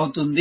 అవుతుంది